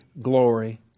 glory